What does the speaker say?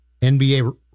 NBA